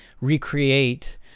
recreate